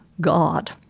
God